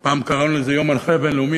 פעם קראנו לזה יום הנכה הבין-לאומי,